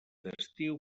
estiu